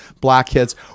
blackheads